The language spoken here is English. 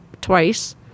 twice